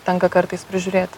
tenka kartais prižiūrėt